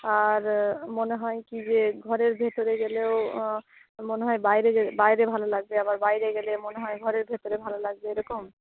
আর মনে হয় কী যে ঘরের ভেতরে গেলেও মনে হয় বাইরে গে বাইরে ভালো লাগবে আবার বাইরে গেলে মনে হয় ঘরের ভেতরে ভালো লাগবে এরকম